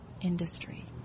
Industry